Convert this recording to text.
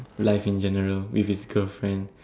life in general with his girlfriend